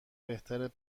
بهتره